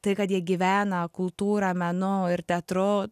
tai kad jie gyvena kultūra menu ir teatru